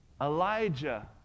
Elijah